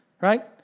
Right